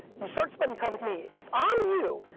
you start spending time with me, if i'm you,